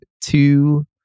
two